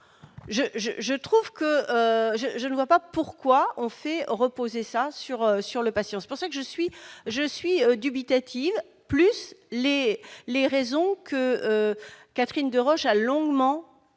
je ne vois pas pourquoi on fait reposer sa sur sur le patient, c'est pour ça que je suis, je suis dubitative plus les les raisons que Catherine Deroche a longuement